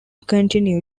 continue